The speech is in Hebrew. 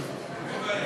ורבין.